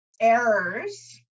errors